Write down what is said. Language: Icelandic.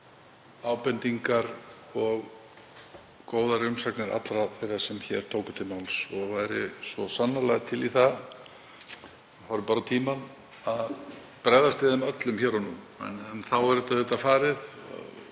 ábendingar og góðar umsagnir allra þeirra sem hér tóku til máls og væri svo sannarlega til í það — horfi bara á tímann — að bregðast við þeim öllum hér og nú. En þá er þetta auðvitað farið